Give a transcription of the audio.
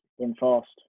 enforced